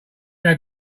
had